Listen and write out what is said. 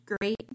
great